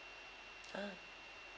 uh